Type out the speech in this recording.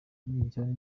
umwiryane